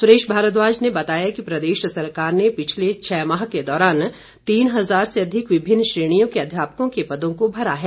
सुरेश भारद्वाज ने बताया कि प्रदेश सरकार ने पिछले छः माह के दौरान तीन हजार से अधिक विभिन्न श्रेणियों के अध्यापकों के पदों को भरा है